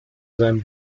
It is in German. seinem